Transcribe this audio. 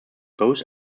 both